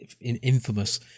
infamous